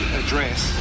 address